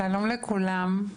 שלום לכולם.